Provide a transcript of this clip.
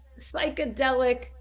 psychedelic